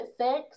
six